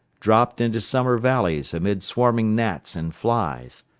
dropped into summer valleys amid swarming gnats and flies,